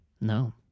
no